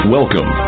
Welcome